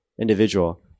individual